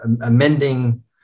amending